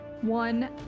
One